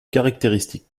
caractéristique